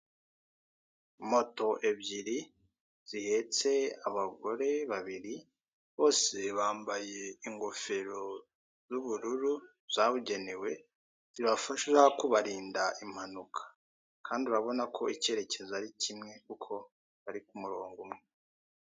Moto ebyiri, zihetse abagore babiri, bose bambaye ingofero z'ubururu, zabugenewe, zibafasha kubarinda impanuka. Kandi urabona ko icyerekezo ari kimwe, kuko bari ku murongo umwe.